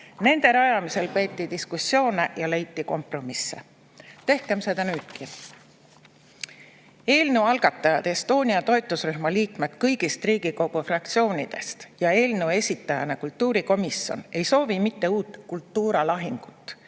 Nende rajamisel peeti diskussioone ja leiti kompromisse. Tehkem seda nüüdki. Eelnõu algatajad, Estonia toetusrühma liikmed kõigist Riigikogu fraktsioonidest, ja eelnõu esitaja kultuurikomisjon ei soovi mitte uut kultuuralahingut,